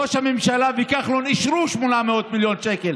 ראש הממשלה וכחלון אישרו 800 מיליון שקל,